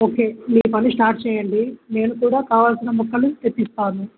okay మీ పని start చేయండి నేను కూడా కావాల్సిన మొక్కలు తెప్పిస్తాను